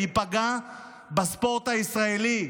היא פגעה בספורט הישראלי.